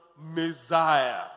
Messiah